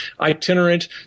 itinerant